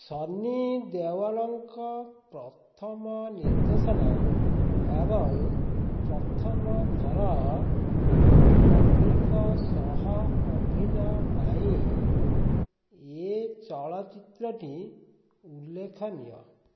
ସନ୍ନି ଦେୱଲଙ୍କ ପ୍ରଥମ ନିର୍ଦ୍ଦେଶନା ଏବଂ ପ୍ରଥମଥର ବବିଙ୍କ ସହ ଅଭିନୟ ପାଇଁ ଏ ଚଳଚ୍ଚିତ୍ରଟି ଉଲ୍ଲେଖନୀୟ